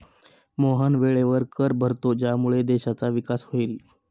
मोहन वेळेवर कर भरतो ज्यामुळे देशाचा विकास होईल